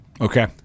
Okay